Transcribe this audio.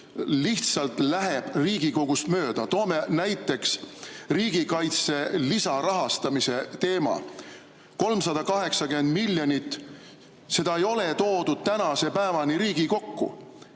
lihtsalt läheb Riigikogust mööda. Toome näiteks riigikaitse lisarahastamise teema. 380 miljonit – seda ei ole toodud tänase päevani Riigikokku.